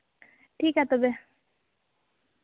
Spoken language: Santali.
ᱴᱷᱤᱠ ᱜᱮᱭᱟ ᱛᱚᱵᱮ